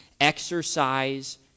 exercise